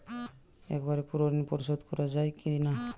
একবারে পুরো ঋণ পরিশোধ করা যায় কি না?